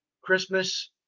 christmas